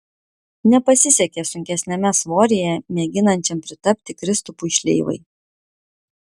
nepasisekė sunkesniame svoryje mėginančiam pritapti kristupui šleivai